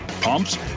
pumps